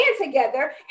together